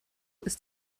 ist